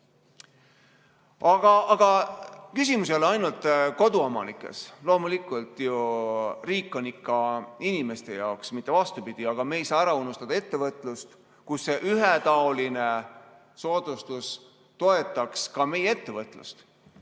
Aga küsimus ei ole ainult koduomanikes. Loomulikult, riik on ikka inimeste jaoks, mitte vastupidi, aga me ei saa ära unustada ettevõtlust. See ühetaoline soodustus toetaks ka meie ettevõtlust.